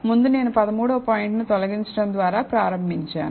ముందు నేను 13 వ పాయింట్ను తొలగించడం ద్వారా ప్రారంభించాను